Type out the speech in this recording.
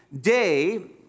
day